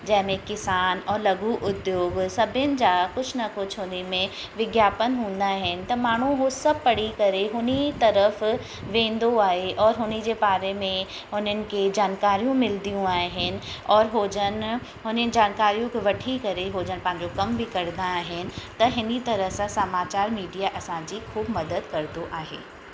जंहिंमें किसान और लघू उद्योग सभिनि जा कुझु न कुझु हुन में विज्ञापन हूंदा आहिनि त माण्हू उहो सभु पढ़ी करे हुन तर्फ़ु वेंदो आहे और हुन जे बारे में हुननि खे जानकारियूं खे मिलंदियू आहिनि और उहो जन हुननि जानकारियूं वठी करे उहो जन पंहिंजा कम बि कंदा आहिनि त हिन तरह सां समाचार मीडिया असांजी ख़ूबु मदद कंदो आहे